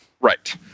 Right